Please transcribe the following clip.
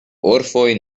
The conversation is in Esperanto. orfoj